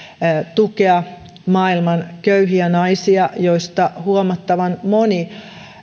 tukea maailman köyhiä naisia joista huomattavan moni